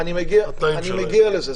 אני יודע, אני מגיע לזה.